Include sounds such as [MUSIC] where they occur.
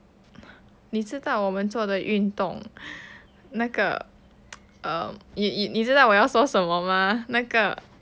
你知道我们做的运动那个 [NOISE] um 你知道我要说什么吗那个